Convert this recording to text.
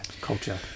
culture